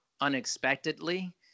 unexpectedly